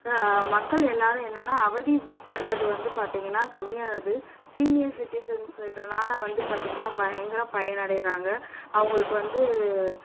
மக்கள் எல்லோரும் என்னென்னா அவதிப்படுறது வந்து பார்த்தீங்கன்னா கம்மியாகுது சீனியர் சிட்டிஷன்ஸ் இதனால் வந்து பார்த்தீங்கன்னா பயங்கர பயன் அடைகிறாங்க அவங்களுக்கு வந்து